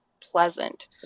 pleasant